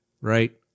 right